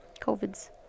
Covid's